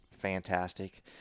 fantastic